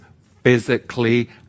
physically